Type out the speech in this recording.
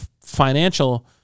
financial